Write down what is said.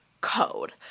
code